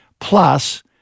Plus